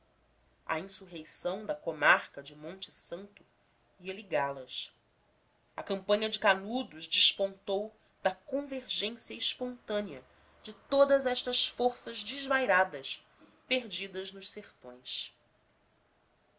a insurreição da comarca de monte santo ia ligá las a campanha de canudos despontou da convergência espontânea de todas estas forças desvairadas perdidas nos sertões